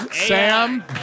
Sam